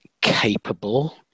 capable